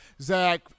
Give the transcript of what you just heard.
Zach